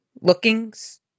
lookings